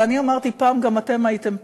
ואני אמרתי: פעם גם אתם הייתם.